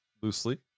Loosely